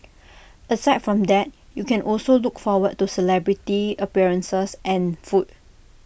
aside from that you can also look forward to celebrity appearances and food